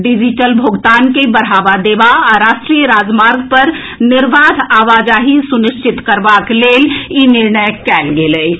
digital भोगतान के बढ़ावा देबा आ राष्ट्रीय राजमार्ग पर निर्बाध आवाजाही सुनिश्चित करबाक लेल ई निर्णय कयल गेल अछि